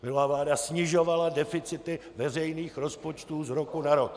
Minulá vláda snižovala deficity veřejných rozpočtů z roku na rok.